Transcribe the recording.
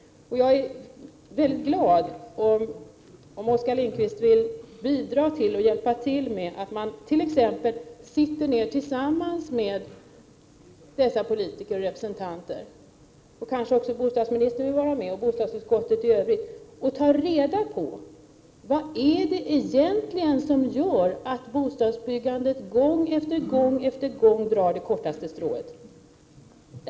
Jag är väldigt glad om Oskar Lindkvist vill hjälpa till genom att han och övriga ledamöter i bostadsutskottet — kanske också bostadsministern vill vara med - sätter sig ned tillsammans med lokala politiker och tar reda på vad det egentligen är som gör att bostadsbyggandet gång efter gång efter gång drar det kortaste strået.